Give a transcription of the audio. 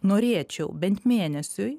norėčiau bent mėnesiui